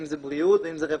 ואם זה בריאות ואם זה רווחה.